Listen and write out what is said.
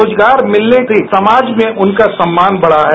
रोजगार मिलने से समाज में उनका सम्मान भी बढा है